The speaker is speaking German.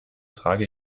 trage